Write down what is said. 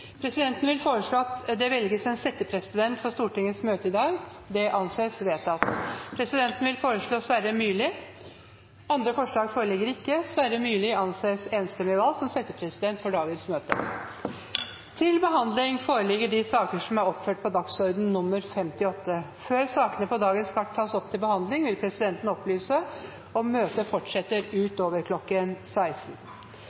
Presidenten vil foreslå at det velges en settepresident for Stortingets møte i dag – og anser det som vedtatt. Presidenten vil foreslå Sverre Myrli. – Andre forslag foreligger ikke, og Sverre Myrli anses enstemmig valgt som settepresident for dagens møte. Før sakene på dagens kart tas opp til behandling, vil presidenten opplyse om at møtet fortsetter